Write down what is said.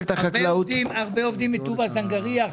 הרבה עובדים מטובא זנגריה.